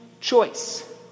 choice